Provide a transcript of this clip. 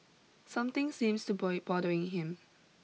something seems to bothering him